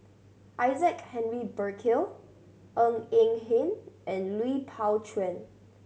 Isaac Henry Burkill Ng Eng Hen and Lui Pao Chuen